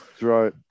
right